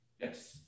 Yes